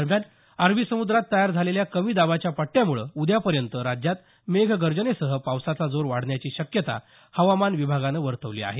दरम्यान अरबी समुद्रात तयार झालेल्या कमी दाबाच्या पट्ट्यामुळे उद्यापर्यंत राज्यात मेघगर्जनेसह पावसाचा जोर वाढण्याची शक्यता हवामान विभागानं वर्तवली आहे